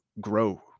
grow